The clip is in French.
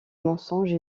mensonges